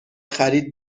خرید